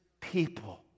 people